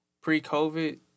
pre-COVID